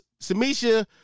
Samisha